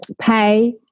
Pay